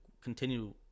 continue